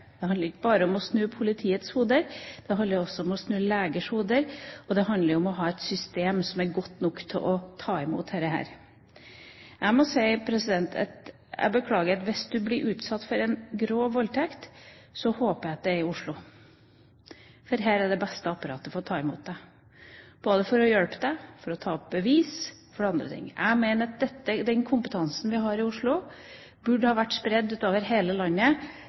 Det handler ikke bare om å snu politiets hoder, det handler også om å snu legers hoder, og det handler om å ha et system som er godt nok til å ta imot dette. Jeg må si at jeg beklager at hvis man blir utsatt for en grov voldtekt, så håper jeg at det er i Oslo, for her er det beste apparatet til å ta imot en, både for å hjelpe, ta opp bevis og andre ting. Jeg mener at den kompetansen vi har i Oslo, burde vært spredd utover hele landet